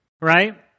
Right